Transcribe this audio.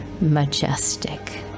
Majestic